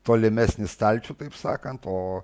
tolimesnį stalčių taip sakant o